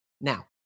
Now